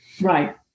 Right